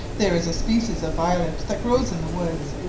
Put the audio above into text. there is a species of violet that grows in the woods,